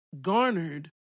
garnered